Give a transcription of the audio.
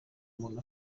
umuntu